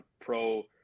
pro